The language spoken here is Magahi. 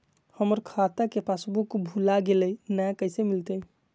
हमर खाता के पासबुक भुला गेलई, नया कैसे मिलतई?